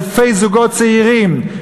אלפי זוגות צעירים,